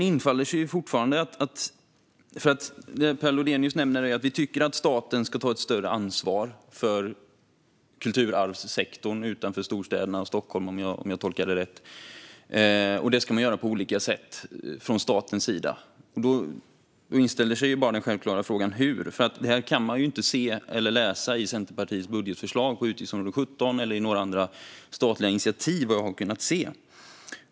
Per Lodenius tycker att staten ska ta ett större ansvar för kulturarvssektorn utanför storstäderna, Stockholm, om jag tolkade det rätt, och det ska man göra på olika sätt från statens sida. Då inställer sig den självklara frågan: Hur? Det kan man ju inte läsa i Centerpartiets budgetförslag på utgiftsområde 17 eller i några statliga initiativ, vad jag har kunnat se.